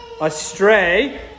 astray